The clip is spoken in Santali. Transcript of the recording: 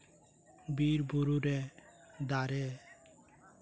ᱵᱤᱨᱼᱵᱩᱨᱩ ᱨᱮ ᱫᱟᱨᱮ